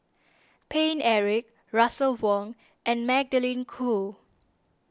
Paine Eric Russel Wong and Magdalene Khoo